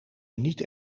niet